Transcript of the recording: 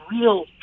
real